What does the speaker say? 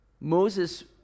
Moses